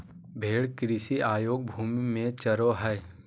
भेड़ कृषि अयोग्य भूमि में चरो हइ